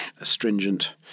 astringent